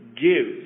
give